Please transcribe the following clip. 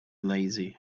lazy